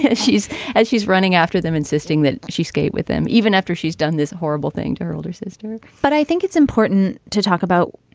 she's as she's running after them, insisting that she skate with them even after she's done this horrible thing to her older sister but i think it's important to talk about.